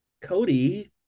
Cody